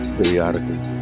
periodically